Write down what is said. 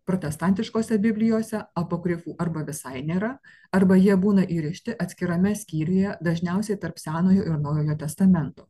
protestantiškose biblijose apokrifų arba visai nėra arba jie būna įrišti atskirame skyriuje dažniausiai tarp senojo ir naujojo testamento